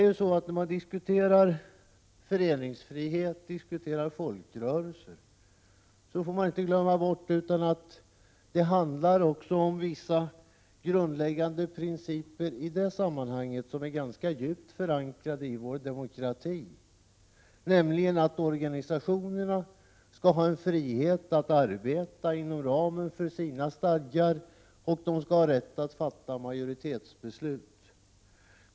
Men när man diskuterar föreningsfrihet och folkrörelser får man inte glömma bort en grundläggande princip, som är ganska djupt förankrad i vår demokrati, nämligen att organisationerna skall ha en frihet att arbeta inom ramen för sina stadgar och ha rätt att fatta majoritetsbeslut.